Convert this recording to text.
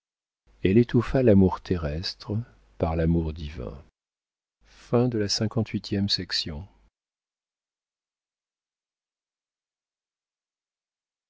elle étouffa l'amour terrestre par l'amour divin